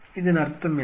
இதன் அர்த்தம் என்ன